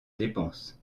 dépenses